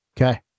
Okay